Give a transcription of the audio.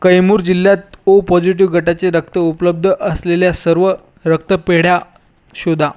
कैमूर जिल्ह्यात O positive गटाचे रक्त उपलब्ध असलेल्या सर्व रक्तपेढ्या शोधा